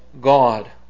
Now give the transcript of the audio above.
God